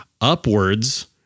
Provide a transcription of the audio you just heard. Upwards